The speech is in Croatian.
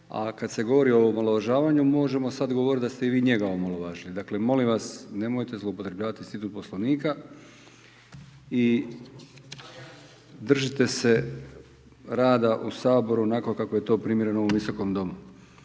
a kad se govori o omalovažavanju možemo sad govorit da ste i vi njega omalovažili. Dakle molim vas nemojte zlouporabit institut Poslovnika i držite se rada u Saboru, onako kako je to primjereno u ovom Visokom domu.